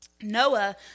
Noah